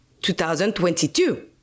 2022